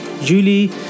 Julie